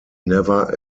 never